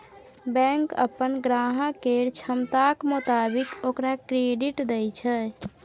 bank अप्पन ग्राहक केर क्षमताक मोताबिक ओकरा क्रेडिट दय छै